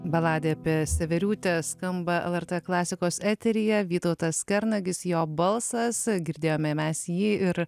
baladė apie severiutę skamba lrt klasikos eteryje vytautas kernagis jo balsas girdėjome mes jį ir